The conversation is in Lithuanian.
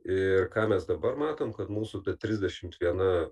ir ką mes dabar matom kad mūsų trisdešimt viena